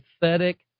pathetic